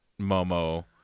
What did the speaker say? momo